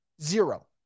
Zero